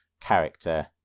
character